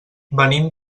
venim